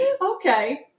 Okay